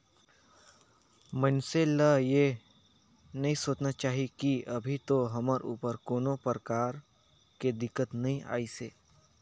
मइनसे ल ये नई सोचना चाही की अभी तो हमर ऊपर कोनो परकार के दिक्कत नइ आइसे